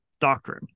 doctrine